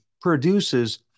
produces